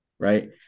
right